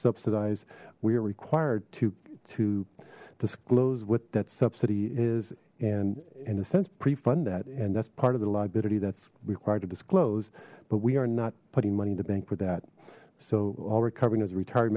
subsidized we are required to to disclose what that subsidy is and in a sense pre fund that and that's part of the liability that's required to disclose but we are not putting money in the bank for that so while recovering as a retired